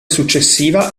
successiva